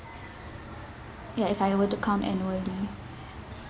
ya if I were to count annually